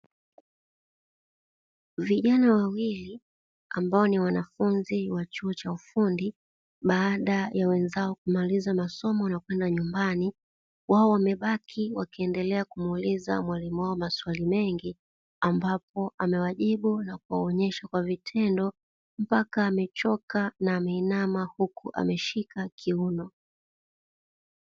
Vijana wawili, ambao ni wanafunzi wa chuo cha ufundi, baada ya wenzao kumaliza masomo na kwenda nyumbani, wao wamebaki wakiendelea kumuuliza mwalimu wao maswali mengi, ambapo amewajibu na kuwaonyesha kwa vitendo mpaka amechoka na ameinama huku ameshika kiuno.